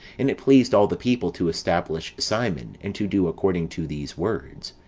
and it pleased all the people to establish simon, and to do according to these words.